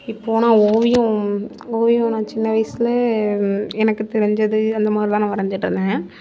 இப்போது நான் ஓவியம் ஓவியம் நான் சின்ன வயதில் எனக்கு தெரிஞ்சது அந்த மாதிரிதான் நான் வரைஞ்சிட்ருந்தேன்